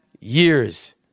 years